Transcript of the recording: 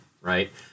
right